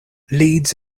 leeds